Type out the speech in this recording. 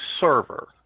server